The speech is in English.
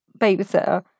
babysitter